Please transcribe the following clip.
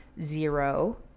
zero